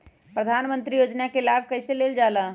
प्रधानमंत्री योजना कि लाभ कइसे लेलजाला?